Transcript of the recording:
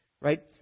right